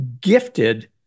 gifted